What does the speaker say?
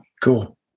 Cool